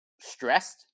stressed